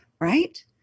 Right